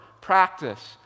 practice